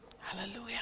Hallelujah